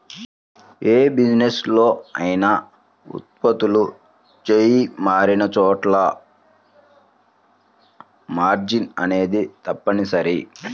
యే బిజినెస్ లో అయినా ఉత్పత్తులు చెయ్యి మారినచోటల్లా మార్జిన్ అనేది తప్పనిసరి